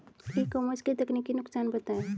ई commerce के तकनीकी नुकसान बताएं?